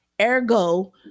Ergo